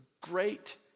great